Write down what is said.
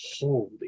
holy